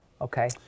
Okay